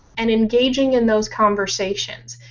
and engaging in those conversations.